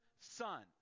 son